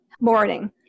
morning